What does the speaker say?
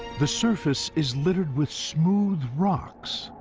the surface is littered with smooth rocks,